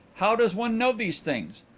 how does one know these things?